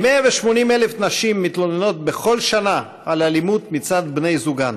כ-180,000 נשים מתלוננות בכל שנה על אלימות מצד בני זוגן,